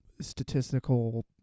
statistical